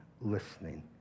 listening